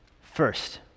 First